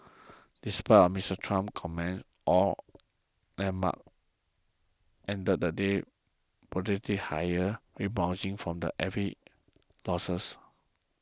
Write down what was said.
despite Mister Trump's comments oil benchmarks ended the day modestly higher rebounding from every losses